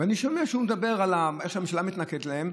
ואני שומע שהוא מדבר על איך שהממשלה מתנכלת להם,